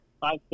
Five